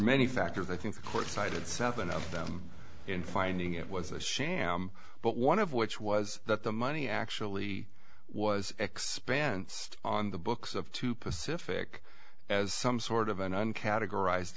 many factors i think the court cited south and of them in finding it was a sham but one of which was that the money actually was expanse on the books of two pacific as some sort of uncategorized